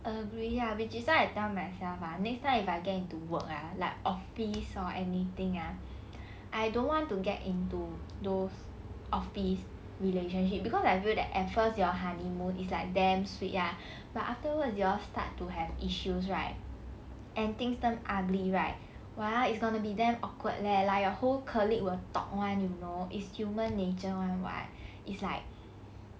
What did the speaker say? agree ya which is why I tell myself ah next time if I get into work ah like office or anything ah I don't want to get into those office relationship cause I feel that at first your honeymoon is like damn sweet ya but afterwards you all start to have issues right and things turn ugly right !wah! it's gonna be damn awkward leh like your whole colleague will talk [one] you know it's human nature [one] [what] it's like